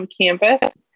campus